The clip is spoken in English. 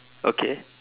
okay